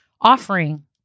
Offering